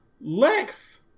Lex